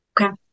Okay